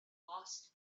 lost